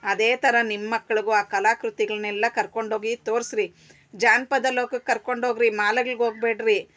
ಅದೆ ಥರ ನಿಮ್ಮ ಮಕ್ಳಿಗೂ ಆ ಕಲಾಕೃತಿಗಳ್ನೆಲ್ಲ ಕರ್ಕೊಂಡೋಗಿ ತೋರಿಸ್ರಿ ಜಾನಪದ ಲೋಕಕ್ಕೆ ಕರ್ಕೊಂಡೋಗಿರಿ ಮಾಲ್ಗಳಿಗ್ ಹೋಗ್ಬೇಡ್ರೀ